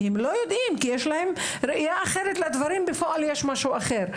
כי הם לא יודעים וכי יש להם ראייה אחת לדברים ובפועל יש משהו אחר.